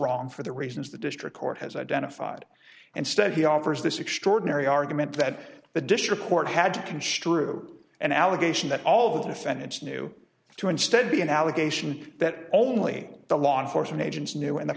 wrong for the reasons the district court has identified and stead he offers this extraordinary argument that the district court had to construe an allegation that all of the defendants knew to instead be an allegation that only the law enforcement agents knew and the